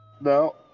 no